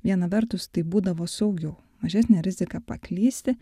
viena vertus tai būdavo saugiau mažesnė rizika paklysti